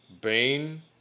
Bane